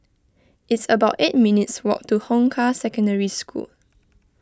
it's about eight minutes' walk to Hong Kah Secondary School